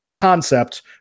concept